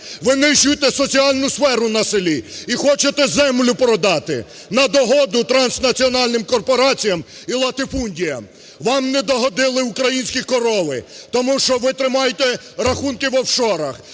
винищуєте соціальну сферу на селі і хочете землю продати на догоду транснаціональним корпораціям і латифундіям. Вам не догодили українські корови, тому що ви тримаєте рахунки в офшорах,